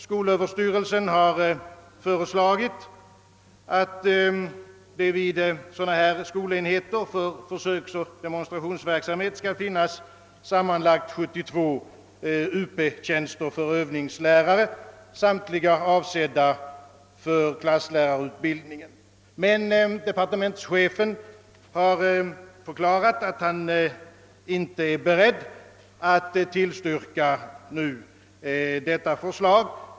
Skolöverstyrelsen har för nästa budgetår föreslagit, att det vid dessa skolenheter för försöksoch demonstrationsverksamhet skall finnas sammanlagt 72 Up-tjänster för övningslärare, samtliga avsedda för klasslärarutbildning, men departementschefen har förklarat, att han inte är beredd att nu tillstyrka detta förslag.